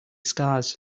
scars